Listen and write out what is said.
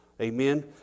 Amen